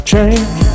Change